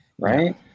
right